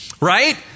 right